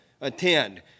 attend